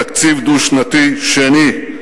תקציב דו-שנתי שני.